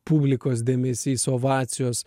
publikos dėmesys ovacijos